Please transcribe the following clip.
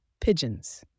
Pigeons